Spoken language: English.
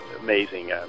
amazing